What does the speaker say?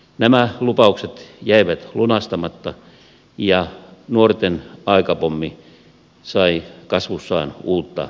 nämä lupaukset jäivät lunastamatta ja nuorten aikapommi sai kasvussaan uutta vauhtia